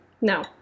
no